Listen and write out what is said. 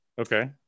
okay